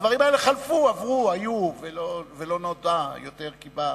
הדברים האלה חלפו, עברו, היו ולא נודע יותר כי בא,